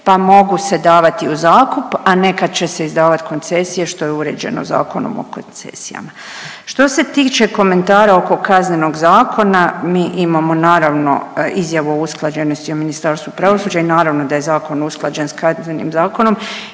pa mogu se davati u zakup, a nekad će se izdavat koncesije, što je uređeno Zakonom o koncesijama. Što se tiče komentara oko Kaznenog zakona, mi imamo naravno izjavu usklađenu s Ministarstvom pravosuđa i naravno da je zakon usklađen s Kaznenim zakonom